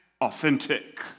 Authentic